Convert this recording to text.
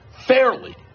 Fairly